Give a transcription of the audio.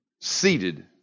seated